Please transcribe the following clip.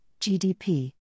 GDP